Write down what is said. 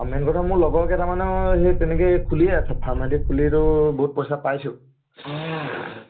আৰু মেইন কথা মোৰ লগৰ কেইটামানেও সেই তেনেকৈয়ে খুলিয়ে আছে ফাৰ্ম সেহেঁতি খুলিতো বহুত পইচা পাইছেও